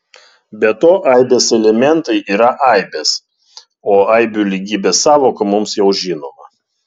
be to aibės elementai yra aibės o aibių lygybės sąvoka mums jau žinoma